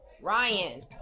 Ryan